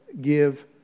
give